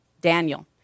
Daniel